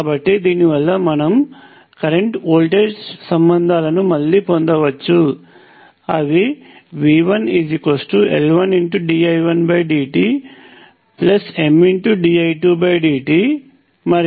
కాబట్టి దీనివల్ల మనం కరెంట్ వోల్టేజ్ సంబంధాలను మళ్ళీ పొందవచ్చు అవి V1L1di1dtMdi2dt మరియు V2L2di2dtMdi1dt